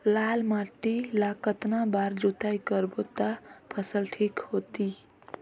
लाल माटी ला कतना बार जुताई करबो ता फसल ठीक होती?